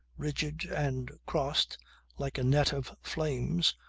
rigid, and crossed like a net of flames,